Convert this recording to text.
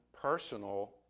personal